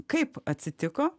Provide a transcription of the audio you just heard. kaip atsitiko